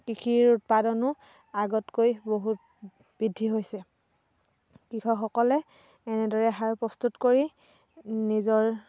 কৃষিৰ উৎপাদনো আগতকৈ বহুত বৃদ্ধি হৈছে কৃষকসকলে এনেদৰে সাৰ প্ৰস্তুত কৰি নিজৰ